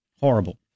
Horrible